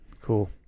Cool